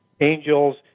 angels